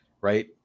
right